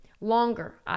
longer